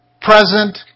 present